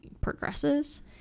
progresses